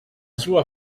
sua